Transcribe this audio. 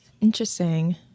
Interesting